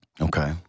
Okay